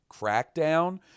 Crackdown